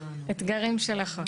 אתגרים של החוק.